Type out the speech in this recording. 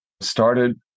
started